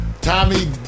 Tommy